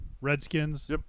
Redskins